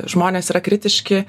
žmonės yra kritiški